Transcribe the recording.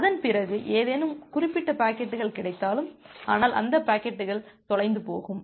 அதன்பிறகு ஏதேனும் குறிப்பிட்ட பாக்கெட்டுகள் கிடைத்தாலும் ஆனால் அந்த பாக்கெட்டுகள் தொலைந்து போகும்